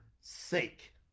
sake